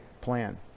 plan